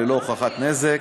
ללא הוכחת נזק,